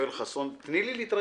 יואל חסון תני לי להתרגש.